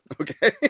Okay